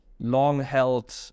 long-held